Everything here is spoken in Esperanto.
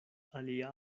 alia